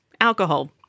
alcohol